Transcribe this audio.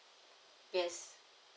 yes